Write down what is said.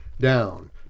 down